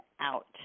Out